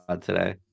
today